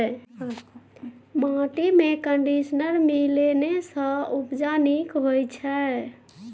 माटिमे कंडीशनर मिलेने सँ उपजा नीक होए छै